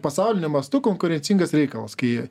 pasauliniu mastu konkurencingas reikalas kai